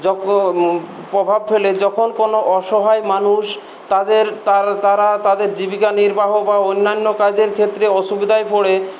যখন প্রভাব ফেলে যখন কোনও অসহায় মানুষ তাদের তার তারা তাদের জীবিকা নির্বাহ বা অন্যান্য কাজের ক্ষেত্রে অসুবিধায় পড়ে